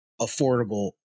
affordable